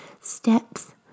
steps